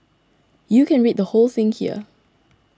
you can read the whole thing here